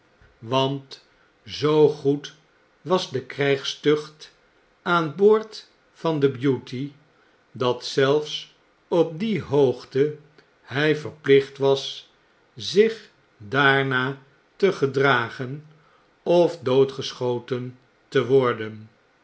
want zoo goed was de krjjgstucht aan boord van de beauty dat zelfs op die hoogte hij verplicht was zich daarna te ge dragen of doodgeschoten te worden